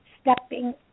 stepping